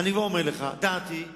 אני כבר אומר לך שדעתי היא